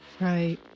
Right